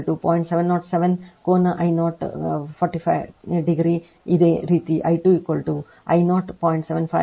707 ಕೋನ I 0 ಕೋನ 45 degree ಇದೇ ರೀತಿ I 2 I 0